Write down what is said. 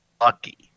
lucky